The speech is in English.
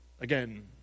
again